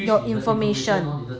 your information